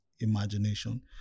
imagination